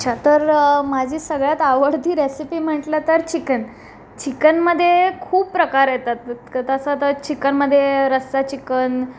अच्छा तर माझी सगळ्यात आवडती रेसिपी म्हटलं तर चिकन चिकनमध्ये खूप प्रकार येतात त तसं तर चिकनमध्ये रस्सा चिकन